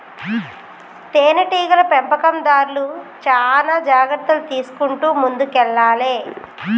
తేనె టీగల పెంపకందార్లు చానా జాగ్రత్తలు తీసుకుంటూ ముందుకెల్లాలే